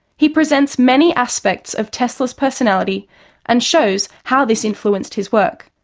he presents many aspects of tesla's personality and shows how this influenced his work.